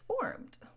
formed